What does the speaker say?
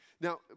Now